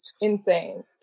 insane